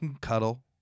cuddle